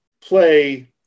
play